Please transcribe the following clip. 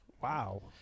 wow